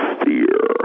fear